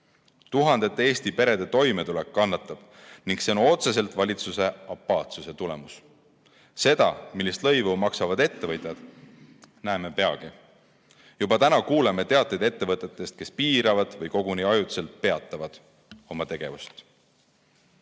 Tuhandete Eesti perede toimetulek kannatab ning see on otseselt valitsuse apaatsuse tulemus. Seda, millist lõivu maksavad ettevõtjad, näeme peagi. Juba täna kuuleme teateid ettevõtetest, kes piiravad oma tegevust või koguni ajutiselt peatavad selle.